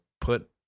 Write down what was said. put